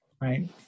right